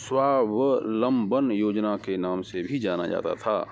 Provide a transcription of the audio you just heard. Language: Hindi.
स्वाबलंबन योजना के नाम से भी जाना जाता था